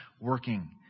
working